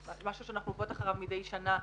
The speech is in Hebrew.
משהו שאנחנו עוקבות אחריו מדיי שנה,